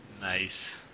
Nice